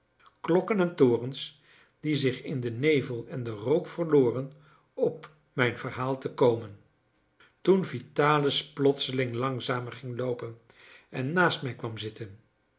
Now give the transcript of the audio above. en torens die zich in den nevel en den rook verloren op mijn verhaal te komen toen vitalis plotseling langzamer ging loopen en naast mij kwam zitten